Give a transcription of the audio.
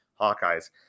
Hawkeyes